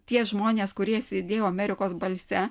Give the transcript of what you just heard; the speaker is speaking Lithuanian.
tie žmonės kurie sėdėjo amerikos balse